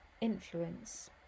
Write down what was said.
influence